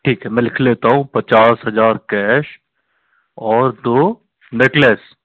ठीक है मैं लिख लेता हूँ पचास हजार कैश और दो नेकलेस